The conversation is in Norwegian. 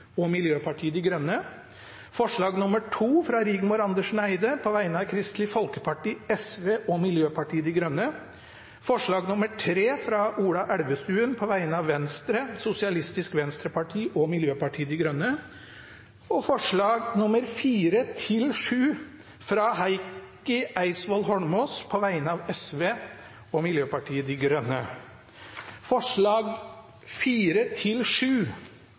og Miljøpartiet De Grønne forslag nr. 2, fra Rigmor Andersen Eide på vegne av Kristelig Folkeparti, Sosialistisk Venstreparti og Miljøpartiet De Grønne forslag nr. 3, fra Ola Elvestuen på vegne av Venstre, Sosialistisk Venstreparti og Miljøpartiet De Grønne forslagene nr. 4–7, fra Heikki Eidsvoll Holmås på vegne av Sosialistisk Venstreparti og Miljøpartiet De Grønne Det voteres først over forslagene nr. 4–7, fra Sosialistisk Venstreparti og Miljøpartiet De Grønne. Forslag